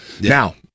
Now